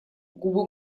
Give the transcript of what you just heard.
губы